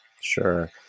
sure